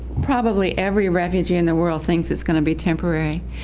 probably every refugee in the world thinks it's going to be temporary,